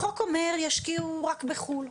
החוק אומר ישקיעו רק בחו"ל,